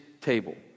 table